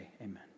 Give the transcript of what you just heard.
amen